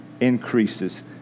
increases